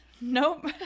nope